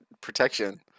protection